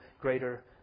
greater